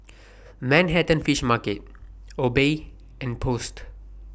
Manhattan Fish Market Obey and Post